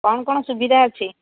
କ'ଣ କ'ଣ ସୁବିଧା ଅଛି